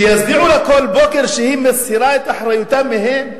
שיצדיעו לה כל בוקר על זה שהיא מסירה את אחריותה מהם?